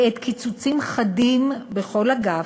בעת קיצוצים חדים בכל אגף,